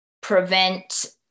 prevent